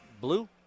Blue